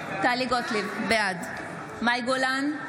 גוטליב, בעד מאי גולן,